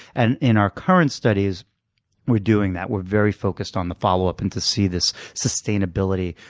and in our current studies we're doing that. we're very focused on the follow-up and to see this sustainability.